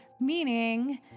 meaning